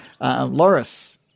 Loris